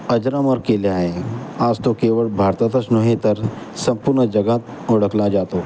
अजरामर केले आहे आज तो केवळ भारतातच नव्हे तर संपूर्ण जगात ओळखला जातो